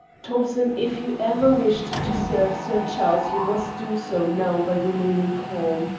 thompson, if you ever wished to serve sir charles you must do so now by remaining calm.